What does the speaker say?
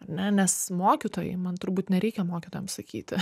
ar ne nes mokytojai man turbūt nereikia mokytojam sakyti